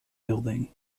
building